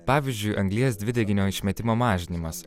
pavyzdžiui anglies dvideginio išmetimo mažinimas